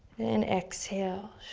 then exhale.